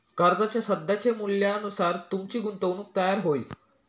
कर्जाच्या सध्याच्या मूल्यानुसार तुमची गुंतवणूक तयार होईल